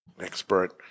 Expert